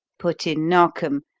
put in narkom,